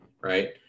right